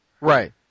Right